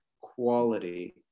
quality